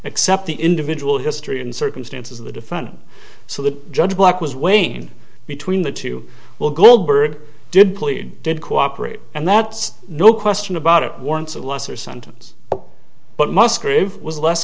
except the individual history and circumstances of the different so the judge black was wayne between the two will goldberg did plead did cooperate and that's no question about it warrants a lesser sentence but musgrave was less